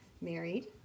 married